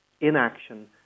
inaction